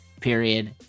period